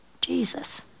Jesus